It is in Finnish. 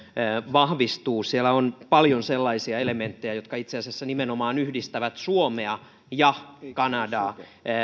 vahvistuu siellä on paljon sellaisia elementtejä jotka itse asiassa nimenomaan yhdistävät suomea ja kanadaa